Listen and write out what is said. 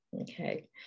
okay